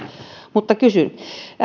mutta kysyn